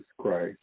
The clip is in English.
Christ